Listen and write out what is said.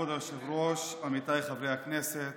היושב-ראש, עמיתיי חברי הכנסת,